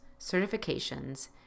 certifications